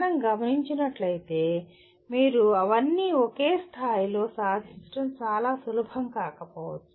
మనం గమనించినట్లైతే మీరు అవన్నీ ఒకే స్థాయిలో సాధించడం చాలా సులభం కాకపోవచ్చు